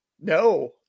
No